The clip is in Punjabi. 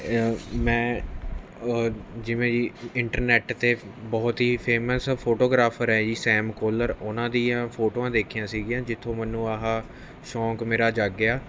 ਮੈਂ ਜਿਵੇਂ ਜੀ ਇੰਟਰਨੈਟ 'ਤੇ ਬਹੁਤ ਹੀ ਫੇਮਸ ਫੋਟੋਗ੍ਰਾਫਰ ਹੈ ਜੀ ਸੈਮ ਕਲਰ ਉਹਨਾਂ ਦੀਆ ਫੋਟੋਆਂ ਦੇਖੀਆਂ ਸੀਗੀਆਂ ਜਿੱਥੋਂ ਮੈਨੂੰ ਆਹ ਸ਼ੌਂਕ ਮੇਰਾ ਜਾਗਿਆ